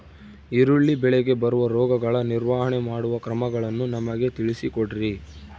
ಈರುಳ್ಳಿ ಬೆಳೆಗೆ ಬರುವ ರೋಗಗಳ ನಿರ್ವಹಣೆ ಮಾಡುವ ಕ್ರಮಗಳನ್ನು ನಮಗೆ ತಿಳಿಸಿ ಕೊಡ್ರಿ?